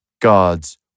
God's